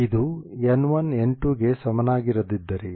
ಇದು n1 n2 ಗೆ ಸಮನಾಗಿರದಿದ್ದರೆ